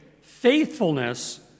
faithfulness